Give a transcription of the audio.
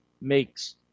makes